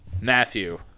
Matthew